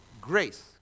grace